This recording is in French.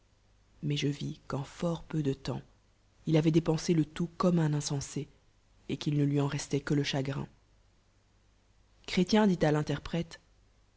mais je vis qu'eu fort peu de temps il avoit dépensé le tout comme un insensé et qu'il ne lui en restoit que le chagrin chrétien dit è lnterprète